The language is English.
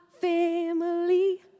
family